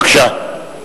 בבקשה.